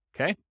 okay